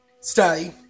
Stay